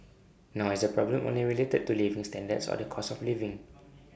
nor is the problem only related to living standards or the cost of living